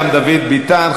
גם דוד ביטן,